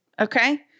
okay